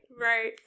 Right